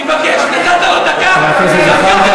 אני מבקש, נתת לו דקה, חבר הכנסת זחאלקה,